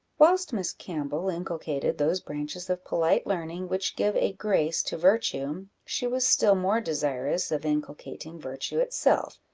whilst miss campbell inculcated those branches of polite learning which give a grace to virtue, she was still more desirous of inculcating virtue itself,